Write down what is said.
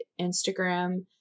Instagram